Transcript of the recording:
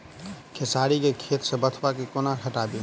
खेसारी केँ खेत सऽ बथुआ केँ कोना हटाबी